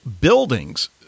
buildings